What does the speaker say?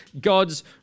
God's